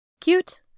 Cute